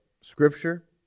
Scripture